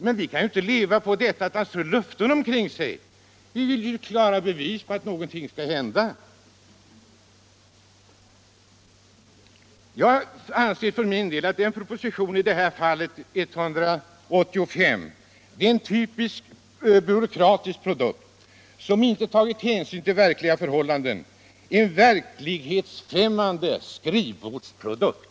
Men folket kan inte leva på att arbetsmarknadsministern strör löften omkring sig. Det vill se att något händer! Propositionen 185, som nu behandlas, anser jag vara en typisk byråkratisk produkt, där man inte har tagit hänsyn till verkliga förhållanden. Det är en verklighetsfrämmande skrivbordsprodukt!